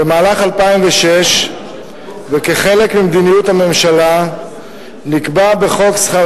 במהלך 2006 וכחלק ממדיניות הממשלה נקבעה בחוק שכר